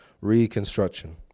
Reconstruction